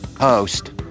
host